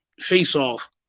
face-off